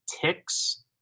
ticks